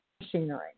machinery